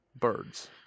Birds